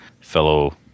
fellow